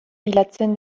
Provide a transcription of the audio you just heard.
bilatzen